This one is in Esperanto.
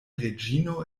reĝino